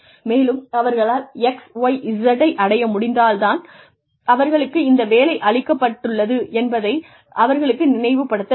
மேலும் அவர்களால் XYZ ஐ அடைய முடிந்ததால் தான் அவர்களுக்கு இந்த வேலை அளிக்கப்பட்டுள்ளது என்பதை அவர்களுக்கு நினைவு படுத்த வேண்டும்